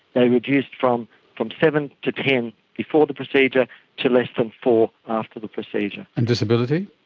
they reduced from from seven to ten before the procedure to less than four after the procedure. and disability?